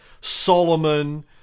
Solomon